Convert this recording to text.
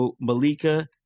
Malika